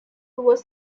was